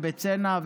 ובצנע,